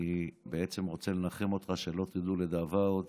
אני בעצם רוצה לנחם אותך, שלא תדעו לדאבה עוד